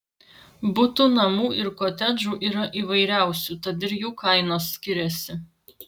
butų namų ir kotedžų yra įvairiausių tad ir jų kainos skiriasi